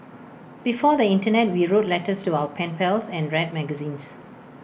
before the Internet we wrote letters to our pen pals and read magazines